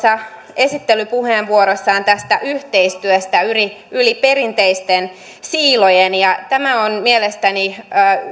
esittelypuheenvuorossaan tästä yhteistyöstä yli yli perinteisten siilojen ja tämä on mielestäni